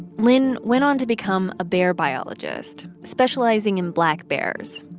lynn went on to become a bear biologist, specializing in black bears,